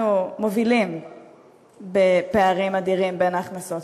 אנחנו מובילים בפערים אדירים בין ההכנסות,